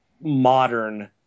modern